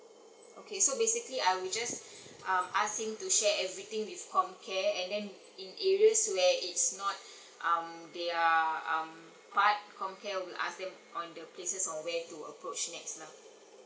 okay so basically I will just um ask him to share everything with comcare and then in areas where it's not um their um part comcare will ask them on the places on where to approach next lah